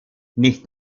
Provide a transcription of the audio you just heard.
nicht